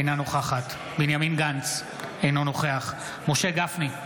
אינה נוכחת בנימין גנץ, אינו נוכח משה גפני,